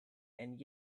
and